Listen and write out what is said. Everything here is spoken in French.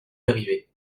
arrivé